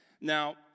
Now